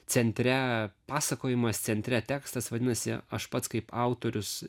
centre pasakojimas centre tekstas vadinasi aš pats kaip autorius